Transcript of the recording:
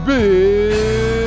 Big